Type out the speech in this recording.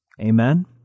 Amen